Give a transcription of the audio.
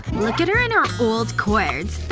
look at her and her old cords